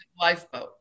lifeboat